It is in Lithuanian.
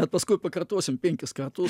paskui pakartosim penkis kartus